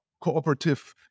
cooperative